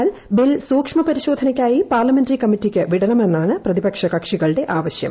എന്നാൽ ബിൽ സൂക്ഷ്മ പരിശോധനയ്ക്കായി പാർലമെന്ററി കമ്മിറ്റിക്ക് വിടണമെന്നാണ് പ്രതിപക്ഷ കക്ഷികളുടെ ആവശ്യം